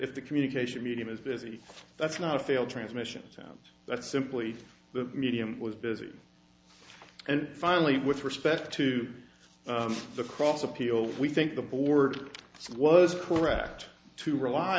if the communication medium is busy that's not a failed transmission that's simply the medium was busy and finally with respect to the cross appeal we think the board was correct to rely